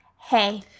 hey